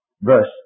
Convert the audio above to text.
Verse